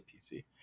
PC